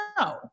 no